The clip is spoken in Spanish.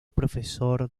profesor